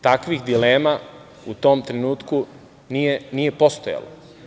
Takvih dilema u tom trenutku nije postojalo.